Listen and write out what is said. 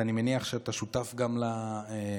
ואני מניח שאתה שותף גם להרגשה,